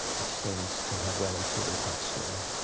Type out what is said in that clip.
it seems to have well and truly passed away.